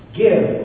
give